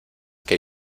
que